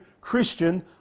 Christian